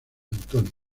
antonio